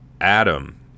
Adam